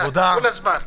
דיכוי מערכת החיסון,